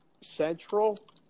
Central